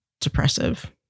depressive